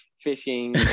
fishing